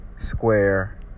Square